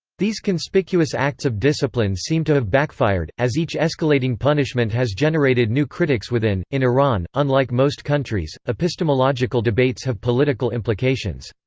these conspicuous acts of discipline seem to have backfired, as each escalating punishment has generated new critics within in iran, unlike most countries, epistemological debates have political implications.